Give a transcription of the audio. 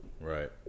Right